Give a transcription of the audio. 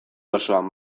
osoan